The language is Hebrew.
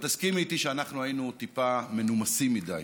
תסכימי איתי שאנחנו היינו טיפה מנומסים מדיי